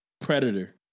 Predator